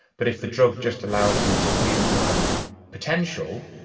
but if the drug just allows me to use my potential,